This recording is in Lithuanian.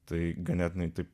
tai ganėtinai taip